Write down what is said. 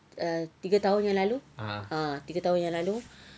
err tiga tahun yang lalu ah tiga tahun yang lalu